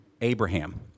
Abraham